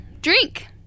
Drink